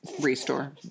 restore